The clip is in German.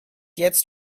jetzt